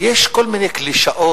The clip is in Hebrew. יש כל מיני קלישאות